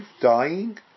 dying